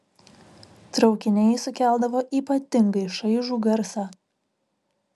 traukiniai sukeldavo ypatingai šaižų garsą